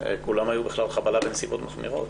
היו בכלל חבלה בנסיבות מחמירות,